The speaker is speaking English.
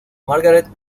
margaret